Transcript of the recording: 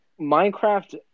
Minecraft